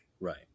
Right